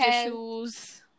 issues